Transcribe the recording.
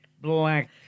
black